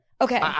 Okay